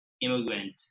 immigrant